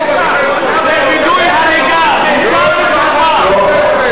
זה וידוא הריגה, בושה וחרפה.